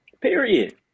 period